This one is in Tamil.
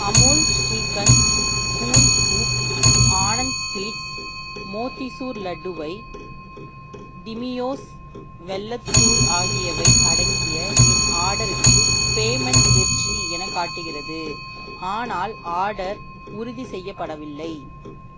Amul shrikhand cool scoop Anand sweets motichoor லட்டுவை டிமியோஸ் வெல்லத் தூள் ஆகியவை அடங்கிய என் ஆர்டருக்கு பேமெண்ட் வெற்றி எனக் காட்டுகிறது ஆனால் ஆடர் உறுதி செய்யப்படவில்லை